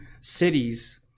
cities